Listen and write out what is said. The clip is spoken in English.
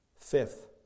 Fifth